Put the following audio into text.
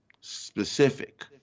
Specific